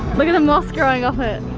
look at the moss growing off it